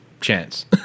chance